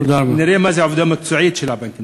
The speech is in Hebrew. ונראה מה זה עבודה מקצועית של הבנקים.